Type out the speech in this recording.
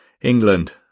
England